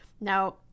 Now